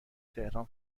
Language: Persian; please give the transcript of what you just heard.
تهران